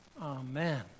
Amen